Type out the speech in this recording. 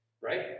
right